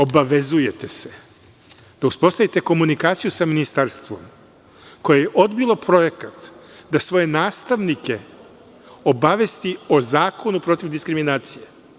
Obavezujete se da uspostavite komunikaciju sa ministarstvom koje je odbilo projekat da svoje nastavnike obavesti o Zakonu protiv diskriminacije.